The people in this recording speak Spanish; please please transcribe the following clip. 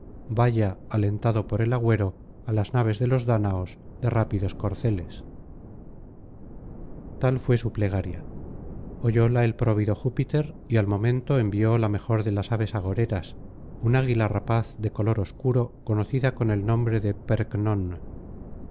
vaya alentado por el agüero á las naves de los dáñaos de rápidos corceles tal fué su plegaria oyóla el próvido júpiter y al momento envió la mejor de las aves agoreras un águila rapaz de color obscuro conocida con el nombre de